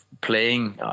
playing